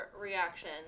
reaction